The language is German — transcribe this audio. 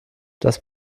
das